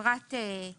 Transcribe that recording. בפרט 10